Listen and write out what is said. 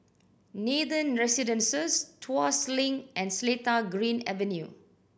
Nathan Residences Tuas Link and Seletar Green Avenue